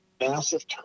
massive